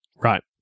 right